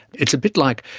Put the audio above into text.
it's a bit like,